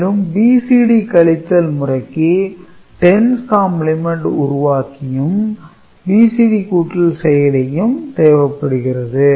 மேலும் BCD கழித்தல் முறைக்கு 10's கம்பிளிமெண்ட் உருவாக்கியும் BCD கூட்டல் செயலியும் தேவைப்படுகிறது